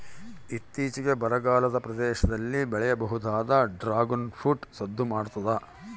ಇತ್ತೀಚಿಗೆ ಬರಗಾಲದ ಪ್ರದೇಶದಲ್ಲಿ ಬೆಳೆಯಬಹುದಾದ ಡ್ರಾಗುನ್ ಫ್ರೂಟ್ ಸದ್ದು ಮಾಡ್ತಾದ